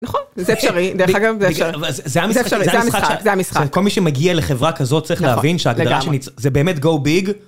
נכון, זה אפשרי, דרך אגב, זה אפשרי. זה המשחק, זה המשחק, זה המשחק. כל מי שמגיע לחברה כזאת צריך להבין שההגדרה ש.. זה באמת גו ביג.